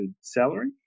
salary